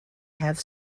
have